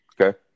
Okay